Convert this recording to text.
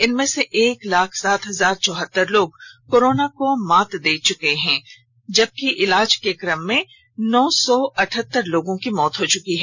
इनमें से एक लाख सात हजार चौहतर लोग कोरोना को मात दे चुके हैं जबकि इलाज के क्रम में नौ सौ अठहतर लोगों की मौत हो चुकी है